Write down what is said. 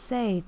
Say